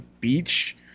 beach